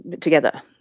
together